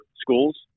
schools